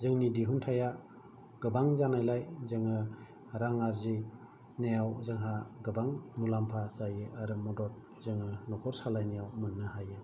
जोंनि दिहुनथाया गोबां जानायलाय जोङो रां आरजिनायाव जोंहा गोबां मुलामफा जायो आरो मदद जोङो न'खर सालायनायाव मोननो हायो